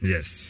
Yes